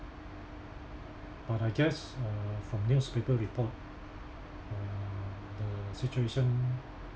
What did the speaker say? but I guess uh from newspaper report uh the situation